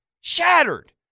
shattered